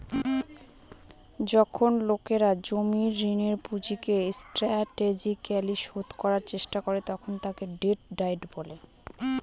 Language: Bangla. যখন লোকেরা জমির ঋণের পুঁজিকে স্ট্র্যাটেজিকালি শোধ করার চেষ্টা করে তখন তাকে ডেট ডায়েট বলে